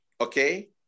Okay